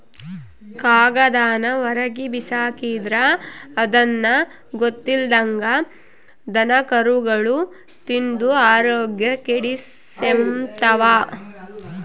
ಕಾಗದಾನ ಹೊರುಗ್ಬಿಸಾಕಿದ್ರ ಅದುನ್ನ ಗೊತ್ತಿಲ್ದಂಗ ದನಕರುಗುಳು ತಿಂದು ಆರೋಗ್ಯ ಕೆಡಿಸೆಂಬ್ತವ